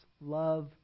love